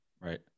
Right